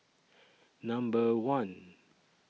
Number one